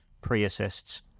pre-assists